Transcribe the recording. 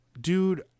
dude